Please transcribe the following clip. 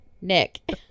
Nick